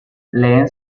lehen